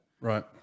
right